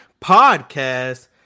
Podcast